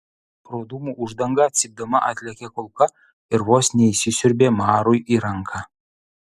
pro dūmų uždangą cypdama atlėkė kulka ir vos neįsisiurbė marui į ranką